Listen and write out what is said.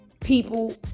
people